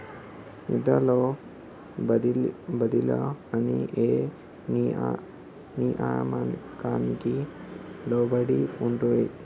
నిధుల బదిలీలు అన్ని ఏ నియామకానికి లోబడి ఉంటాయి?